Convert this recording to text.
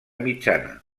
mitjana